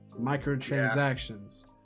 microtransactions